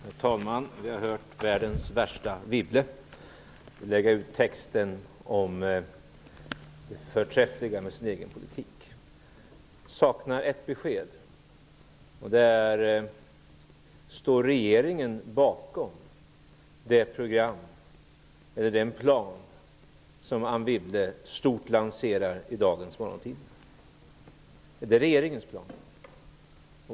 Herr talman! Vi har hört världens värsta Wibble lägga ut texten om det förträffliga med hennes egen politik. Jag saknar ett besked. Står regeringen bakom den plan som Anne Wibble stort lanserar i dagens morgontidning? Är det regeringens plan?